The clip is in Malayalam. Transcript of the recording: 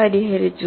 പരിഹരിച്ചു